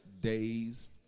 days